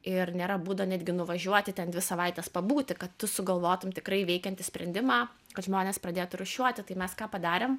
ir nėra būdo netgi nuvažiuoti ten dvi savaites pabūti kad tu sugalvotum tikrai veikiantį sprendimą kad žmonės pradėtų rūšiuoti tai mes ką padarėm